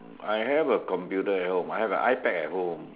I have a computer at home I have a iPad at home